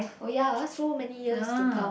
oh ya so many years to come